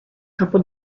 capo